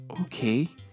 Okay